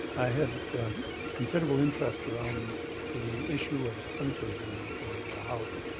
had considerable interest around the issue of sprinklers and in houses.